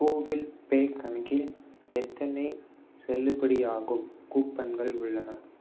Google Pay கணக்கில் எத்தனை செல்லுபடியாகும் கூப்பன்கள் உள்ளன